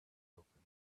open